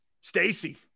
Stacy